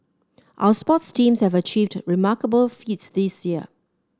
our sports teams have achieved remarkable feats this year